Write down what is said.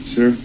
Sir